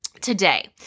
today